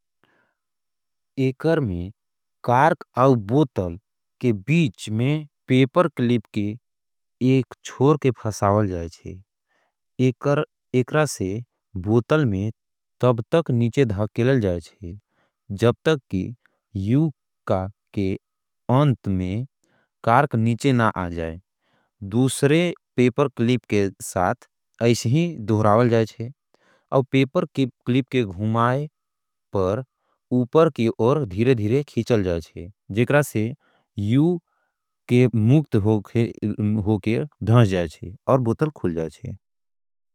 एकर में कार्क औँ बोतल के बीच में पेपर क्लिप के एक छोर के फ़सावल जायेच है। एकर एकरा से बोतल में तब तक नीचे धखेलल जायेच है। जब तक कि यू का के अंत में कार्क नीचे ना आ जाये। दूसरे पेपर क्लिप के साथ ऐशी ही दोहरावल जायेच है। अव पेपर की क्लिप के घुमाई पर उपर की ओर धीरे धीरे खीचल जायेच है। जेकरा से यू के मूक्त होके धंश जायेच है। और बोतल खुल जायेच है।